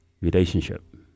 relationship